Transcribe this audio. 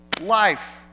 life